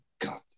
God